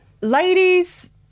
ladies